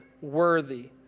worthy